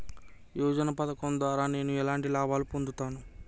యోజన పథకం ద్వారా నేను ఎలాంటి లాభాలు పొందుతాను?